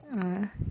mm